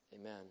Amen